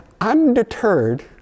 undeterred